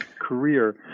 career